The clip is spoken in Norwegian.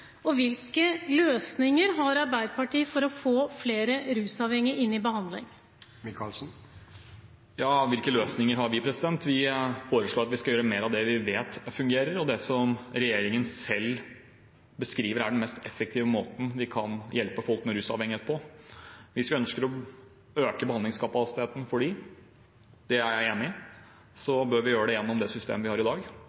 og hvilke løsninger har Arbeiderpartiet for å få flere rusavhengige inn i behandling? Hvilke løsninger har vi? Vi foreslår at vi skal gjøre mer av det vi vet fungerer, og det som regjeringen selv beskriver er den mest effektive måten vi kan hjelpe folk med rusavhengighet på. Hvis vi ønsker å øke behandlingskapasiteten for dem – det er jeg enig i – så